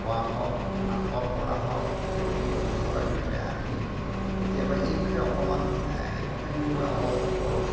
গোৱা হওক নাটক কৰা হওক কিবা কিবি এনেকুৱাৰ বিষয়ে আমি কেতিয়াবা এই বিষয়ে অকণমান এই কথাখিনি মই অৱগত কৰোঁ